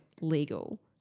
legal